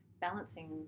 balancing